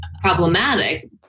problematic